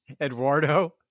Eduardo